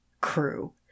crew